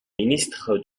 ministre